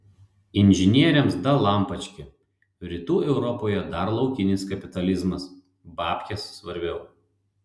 inžinieriams dalampački rytų europoje dar laukinis kapitalizmas babkės svarbiau